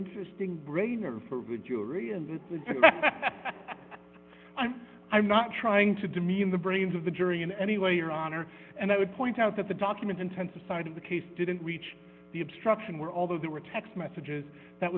interesting brainer for a jury and it was i'm i'm not trying to demean the brains of the jury in any way your honor and i would point out that the document intensive side of the case didn't reach the obstruction where although there were text messages that